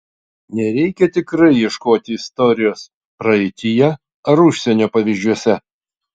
nereikia tikrai ieškoti istorijos praeityje ar užsienio pavyzdžiuose